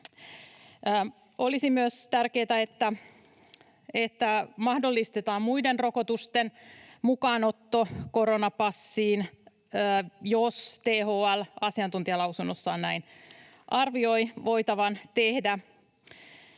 Olisi myös tärkeätä, että mahdollistetaan muiden rokotusten mukaanotto koronapassiin, jos THL asiantuntijalausunnossaan näin arvioi voitavan tehdä.